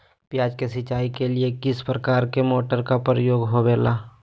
प्याज के सिंचाई के लिए किस प्रकार के मोटर का प्रयोग होवेला?